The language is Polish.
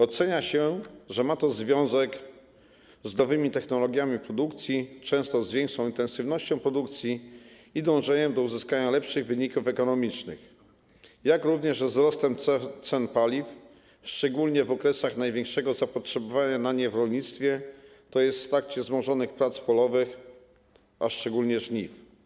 Ocenia się, że ma to związek z nowymi technologiami produkcji, często z większą intensywnością produkcji i dążeniem do uzyskania lepszych wyników ekonomicznych, jak również ze wzrostem cen paliw, szczególnie w okresach największego zapotrzebowania na nie w rolnictwie, tj. w trakcie wzmożonych prac polowych, a szczególnie żniw.